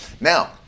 Now